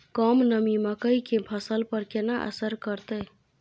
कम नमी मकई के फसल पर केना असर करतय?